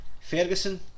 Ferguson